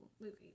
movies